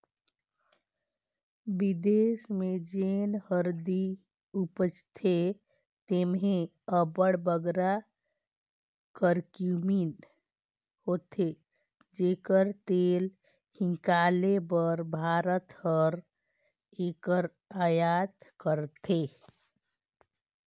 बिदेस में जेन हरदी उपजथे तेम्हें अब्बड़ बगरा करक्यूमिन होथे जेकर तेल हिंकाले बर भारत हर एकर अयात करथे